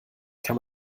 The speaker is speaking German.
kann